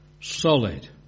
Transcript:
solid